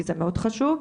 כי זה מאוד חשוב.